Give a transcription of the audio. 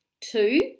Two